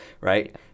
right